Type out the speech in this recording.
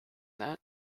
that